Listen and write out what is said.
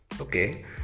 Okay